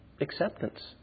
acceptance